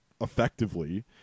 effectively